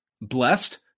blessed